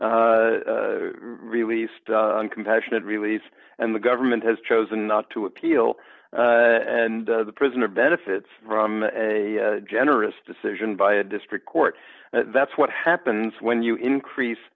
released on compassionate release and the government has chosen not to appeal and the prisoner benefits from generous decision by a district court that's what happens when you increase